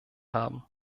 haben